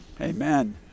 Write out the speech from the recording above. Amen